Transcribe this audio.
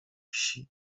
wsi